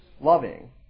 loving